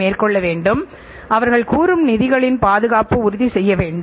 அந்த வேலையின் மூலம் நாம் இறுதி பொருளை பெற்றோம்